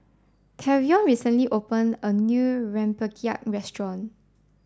tavion recently opened a new rempeyek restaurant